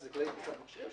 שזה כללי טיסת מכשירים,